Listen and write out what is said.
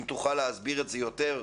אם תוכל להסביר את זה יותר,